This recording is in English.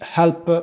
help